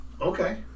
Okay